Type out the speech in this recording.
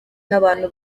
n’abantu